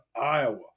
Iowa